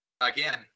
Again